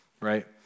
right